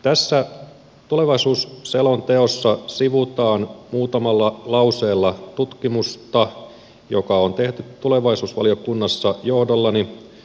tässä tulevaisuusselonteossa sivutaan muutamalla lauseella tutkimusta joka on tehty tulevaisuusvaliokunnassa johdollani